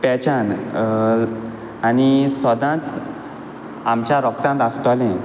पहचान आनी सोदांच आमच्या रोगतान आसतोलें